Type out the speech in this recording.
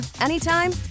anytime